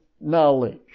Knowledge